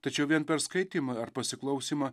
tačiau vien per skaitymą ar pasiklausymą